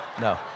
no